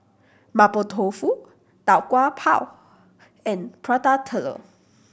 Mapo Tofu Tau Kwa Pau and Prata Telur